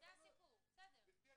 אני מסכים,